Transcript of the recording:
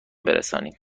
برسانیم